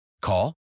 Call